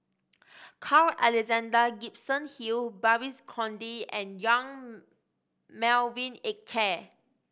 Carl Alexander Gibson Hill Babes Conde and Yong Melvin Yik Chye